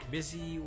Busy